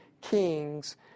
kings